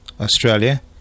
Australia